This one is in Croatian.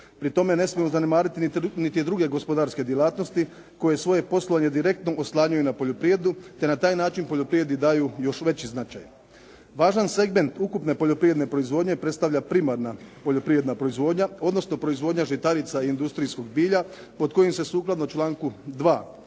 Pri tome ne smijemo zanemariti niti druge gospodarske djelatnosti koje svoje poslovanje direktno oslanjaju na poljoprivredu te na taj način poljoprivredi daju još veći značaj. Važan segment ukupne poljoprivredne proizvodnje predstavlja primarna poljoprivredna proizvodnja, odnosno proizvodnja žitarica i industrijskog bilja pod kojim se sukladno članku 2.